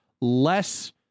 less